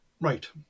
Right